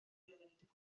dilyn